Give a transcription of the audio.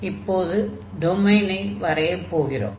இப்போது டொமைனை வரையப் போகிறோம்